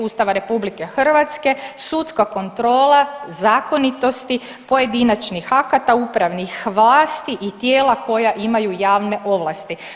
Ustava RH sudska kontrola zakonitosti pojedinačnih akata upravnih vlasti i tijela koja imaju javne ovlasti.